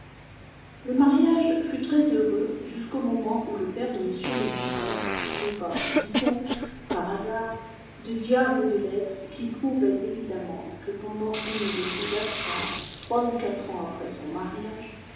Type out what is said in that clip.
le mariage fut très-heureux jusqu'au moment où le père de m le vicomte trouva dit-on par hasard de diables de lettres qui prouvaient évidemment que pendant une de ses absences trois ou quatre ans après son mariage